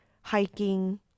hiking